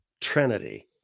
Trinity